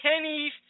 Kenny's